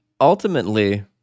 Ultimately